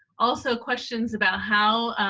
also questions about how,